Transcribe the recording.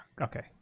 okay